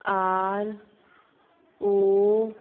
R O